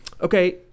Okay